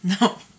No